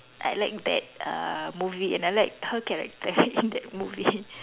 I like that uh movie and I like her character in that movie